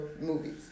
movies